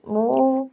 ମୁଁ